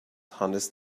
hannes